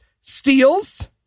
steals